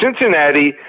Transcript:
Cincinnati